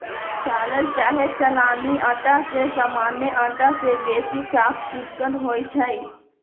चालल चाहे चलानी अटा जे सामान्य अटा से बेशी साफ चिक्कन होइ छइ